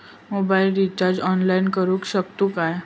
Mobile recharge online करुक शकतू काय?